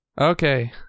Okay